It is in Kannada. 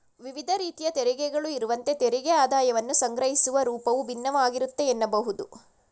ವಿವಿಧ ರೀತಿಯ ತೆರಿಗೆಗಳು ಇರುವಂತೆ ತೆರಿಗೆ ಆದಾಯವನ್ನ ಸಂಗ್ರಹಿಸುವ ರೂಪವು ಭಿನ್ನವಾಗಿರುತ್ತೆ ಎನ್ನಬಹುದು